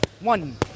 One